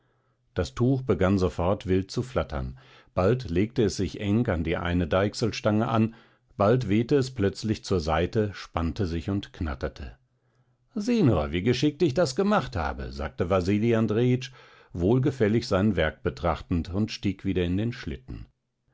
das tuch begann sofort wild zu flattern bald legte es sich eng an die eine deichselstange an bald wehte es plötzlich zur seite spannte sich und knatterte sieh nur wie geschickt ich das gemacht habe sagte wasili andrejitsch wohlgefällig sein werk betrachtend und stieg wieder in den schlitten